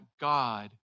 God